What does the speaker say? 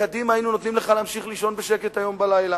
בקדימה היינו נותנים לך להמשיך לישון בשקט היום בלילה.